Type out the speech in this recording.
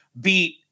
beat